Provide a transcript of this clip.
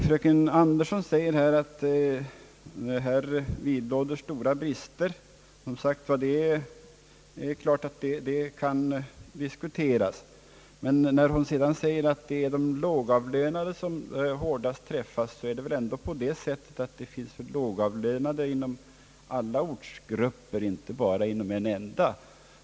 Fröken Andersson säger att det nu varande systemet har stora brister, och det är klart att den saken kan diskuteras. Hon säger också att det är de lågavlönade som drabbas hårdast. Men, fröken Andersson, det finns väl lågavlönade inom alla ortsgrupper, inte bara inom en enda?